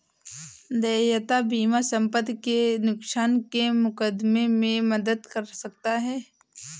देयता बीमा संपत्ति के नुकसान के मुकदमे में मदद कर सकता है